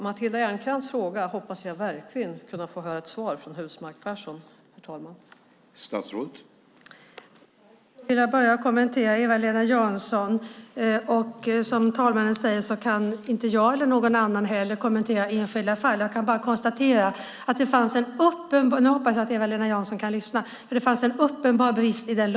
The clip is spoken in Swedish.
Jag hoppas verkligen få höra svar av Husmark Pehrsson på Matilda Ernkrans frågor.